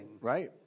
Right